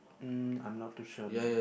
mm I'm not too sure